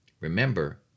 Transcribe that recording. remember